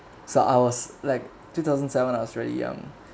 so I was like two thousand seven I was really young